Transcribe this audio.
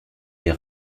les